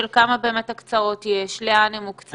של כמה באמת הקצאות יש, לאן הם מוקצים.